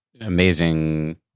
amazing